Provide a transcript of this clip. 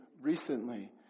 Recently